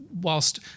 whilst